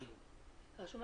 תאלי